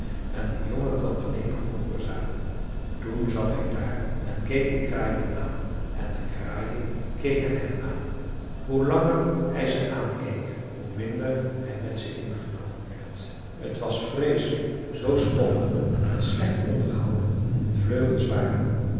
en de jongen kon alleen gehoorzamen toen zat hij daar en keek de kraaien aan en de kraaien keken hem aan hoe langer hij ze aankeek hoe minder hij met ze ingenomen werd t was vreeselijk zoo stoffig en slecht onderhouden hun vleugels waren